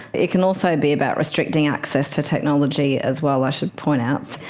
it can also be about restricting access to technology as well, i should point out,